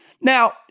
Now